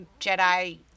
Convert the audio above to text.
Jedi